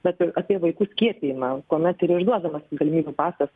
bet ir apie vaikų skiepijimą kuomet ir išduodamas galimybių pasas